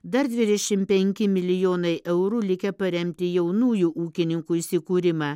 dar dvidešimt penki milijonai eurų likę paremti jaunųjų ūkininkų įsikūrimą